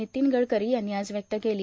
नितीन गडकरी यांनी आज व्यक्त केली